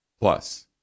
Plus